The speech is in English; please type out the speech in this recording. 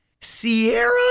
Sierra